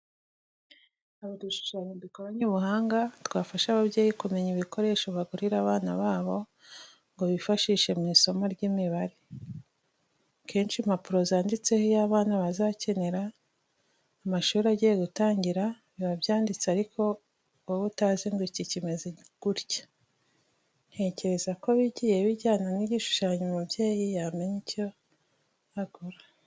Hari udushushanyo dukoranye ubuhanga twafasha ababyeyi kumenya ibikoresho bagurira abana babo ngo bifashishe mu isomo ry'imibare. Kenshi impapuro zanditseho ibyo abana bazakenera amashuri agiye gutangira, biba byanditse ariko wowe utazi ngo iki kimeze gutya. Ntekereza ko bigiye bijyana n'igishushanyo umubyeyi yamenya icyo agura.